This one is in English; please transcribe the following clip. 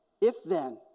if-then